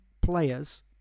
players